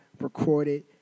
recorded